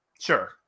Sure